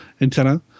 antenna